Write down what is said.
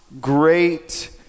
great